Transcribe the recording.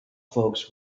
folks